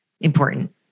important